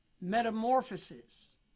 metamorphosis